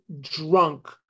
drunk